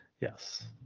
yes